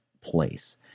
place